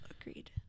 Agreed